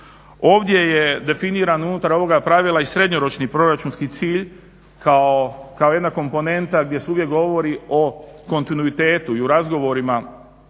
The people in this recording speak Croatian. Ovdje je definiran unutar ovoga pravila i srednjoročni proračunski cilj kao jedna komponenta gdje se uvijek govori o kontinuitetu i u razgovorima